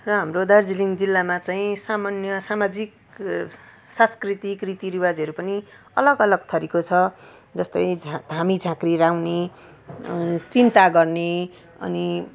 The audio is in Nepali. र हाम्रो दार्जिलिङ जिल्लामा चाहिँ सामान्य सामाजिक सांस्कृतिक रीतिरिवाजहरू पनि अलग अलग थरीको छ जस्तै झाँ धामी झाँक्री लगाउने चिन्ता गर्ने अनि